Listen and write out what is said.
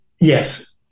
yes